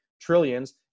trillions